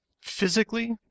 physically